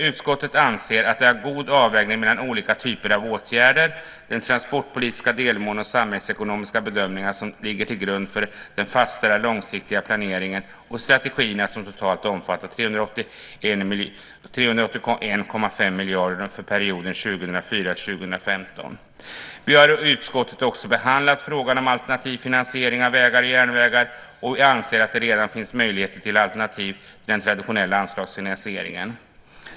Utskottet anser att det är en god avvägning mellan olika typer av åtgärder. De transportpolitiska delmålen och de samhällsekonomiska bedömningarna ligger till grund för den fastställda långsiktiga planeringen och strategierna som totalt omfattar 381,5 miljarder för perioden 2004-20015. Vi har i utskottet också behandlat frågan om alternativ finansiering av vägar och järnvägar. Jag anser att det redan finns möjligheter till alternativ till den traditionella anslagsfinansieringen.